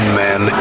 man